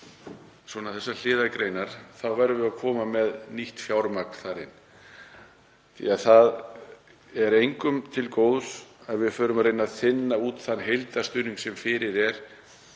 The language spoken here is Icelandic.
verðum við að koma með nýtt fjármagn inn því að það er engum til góðs að við förum að reyna að þynna út þann heildarstuðning sem fyrir er